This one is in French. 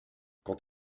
quand